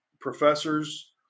professors